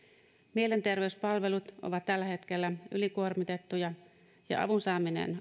mielenterveyspalvelut ovat tällä hetkellä ylikuormitettuja ja ja avun saaminen